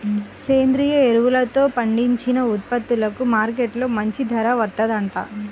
సేంద్రియ ఎరువులతో పండించిన ఉత్పత్తులకు మార్కెట్టులో మంచి ధర వత్తందంట